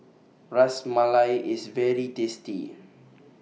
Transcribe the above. Ras Malai IS very tasty